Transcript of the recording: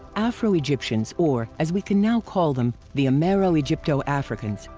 afro-egyptians or, as we can now call them the amero-egypto-africans,